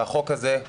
והחוק הזה הוא